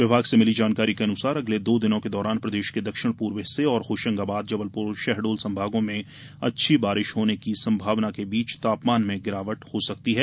विभाग से मिली जानकारी के अनुसार अगले दो दिनों के दौरान प्रदेश के दक्षिण पूर्व हिस्से और होशंगाबाद जबलपुर शहडोल संभागों में अच्छी बारिश होने की संभावना के बीच तापमान में गिरावट हो सकती है